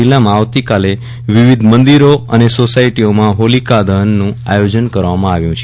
જીલ્લામાં આવતીકાલે વિવિધ મંદિરો અને સોસાઇટીઓમાં હોલિકા દહ્નનું આયોજન કરવામાં આવ્યું છે